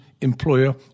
employer